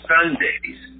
Sundays